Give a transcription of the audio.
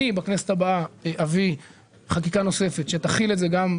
אני בכנסת הבאה אביא חקיקה נוספת שתחיל את זה גם,